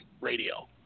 radio